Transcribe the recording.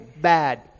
bad